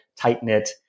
tight-knit